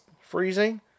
freezing